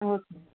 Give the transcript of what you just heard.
okay